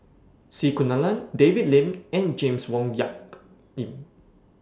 C Kunalan David Lim and James Wong Tuck Yim